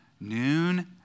noon